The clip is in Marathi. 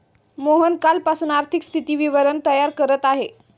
मोहन कालपासून आर्थिक स्थिती विवरण तयार करत आहे